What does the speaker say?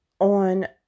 on